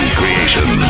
creation